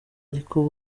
ariko